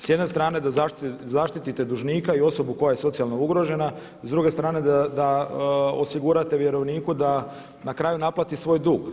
S jedne strane da zaštite dužnika i osobu koja je socijalno ugrožena, s druge strane da osigurate vjerovniku da na kraju naplati svoj dug.